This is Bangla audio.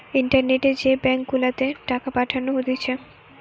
ইন্টারনেটে যে ব্যাঙ্ক গুলাতে টাকা পাঠানো হতিছে